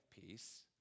peace